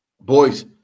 boys